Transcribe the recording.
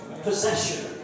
possession